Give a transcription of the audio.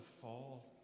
fall